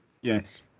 Yes